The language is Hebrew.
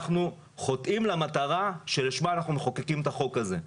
אנחנו חוטאים למטרה שלשמה אנחנו מחוקקים את החוק הזה.